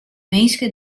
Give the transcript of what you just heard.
minske